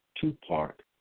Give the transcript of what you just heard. two-part